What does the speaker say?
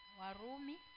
warumi